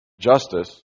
justice